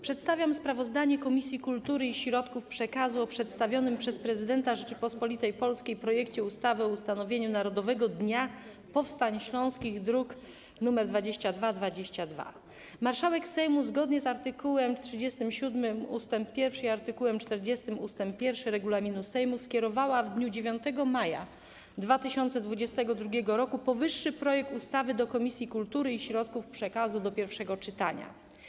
Przedstawiam sprawozdanie Komisji Kultury i Środków Przekazu o przedstawionym przez Prezydenta Rzeczypospolitej Polskiej projekcie ustawy o ustanowieniu Narodowego Dnia Powstań Śląskich, druk nr 2222. Marszałek Sejmu, zgodnie z art. 37 ust. 1 i art. 40 ust. 1 regulaminu Sejmu, skierowała w dniu 9 maja 2022 r. powyższy projekt ustawy do Komisji Kultury i Środków Przekazu do pierwszego czytania.